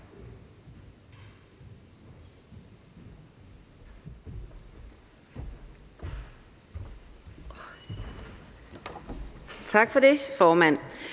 Tak for det, formand.